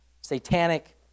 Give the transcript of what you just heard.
satanic